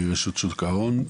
מרשות שוק ההון,